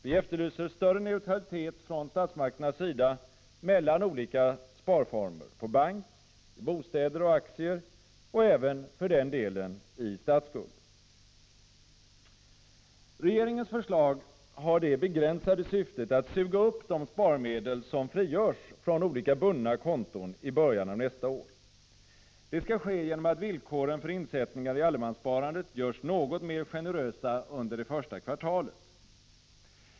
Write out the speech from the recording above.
Vi efterlyser större neutralitet från statsmakternas sida mellan olika sparformer: på bank, i bostäder och aktier och även för den delen i statsskulden. Regeringens förslag har det begränsade syftet att suga upp de sparmedel som frigörs från olika bundna konton i början av nästa år. Det skall ske genom att villkoren för insättningar i allemanssparandet görs något mer generösa under det första kvartalet.